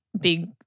big